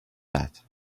that